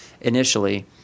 initially